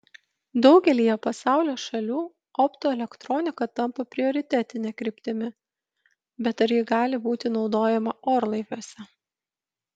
daugelyje pasaulio šalių optoelektronika tampa prioritetine kryptimi bet ar ji gali būti naudojama orlaiviuose